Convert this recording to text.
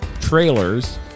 trailers